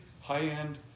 high-end